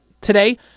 today